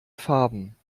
farben